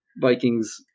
Vikings